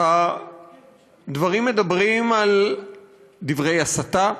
הדברים מדברים על דברי הסתה,